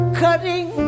cutting